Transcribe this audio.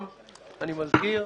אני מזכיר,